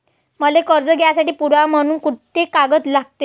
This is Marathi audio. मले कर्ज घ्यासाठी पुरावा म्हनून कुंते कागद लागते?